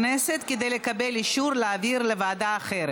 12 מתנגדים, שני חברי כנסת נמנעו.